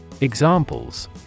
Examples